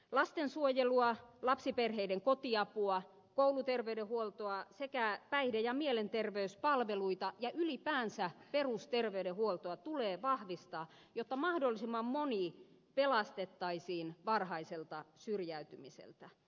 lastensuojelua lapsiperheiden kotiapua kouluterveydenhuoltoa sekä päihde ja mielenterveyspalveluita ja ylipäänsä perusterveydenhuoltoa tulee vahvistaa jotta mahdollisimman moni pelastettaisiin varhaiselta syrjäytymiseltä